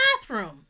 bathroom